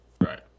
Right